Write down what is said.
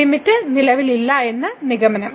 limit നിലവിലില്ലെന്ന് നിഗമനം